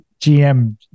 GM